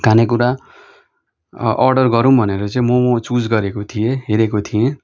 खानेकुरा अर्डर गरौँ भनेर चाहिँ मोमो चुज गरेको थिएँ हेरेको थिएँ